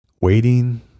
waiting